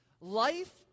Life